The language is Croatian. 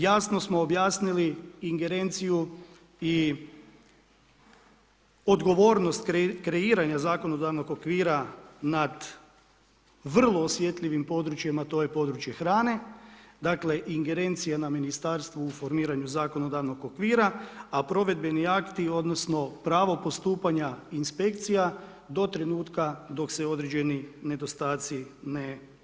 Jasno smo objasnili ingerenciju i odgovornost kreiranja zakonodavnog okvira nad vrlo osjetljivim područjem, a to je područje hrane, dakle, ingerencija na Ministarstvu u formiranju zakonodavnog okvira a provedbeni akti, odnosno pravo postupanja inspekcija do trenutka dok se određeni nedostaci ne evidentiraju.